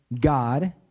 God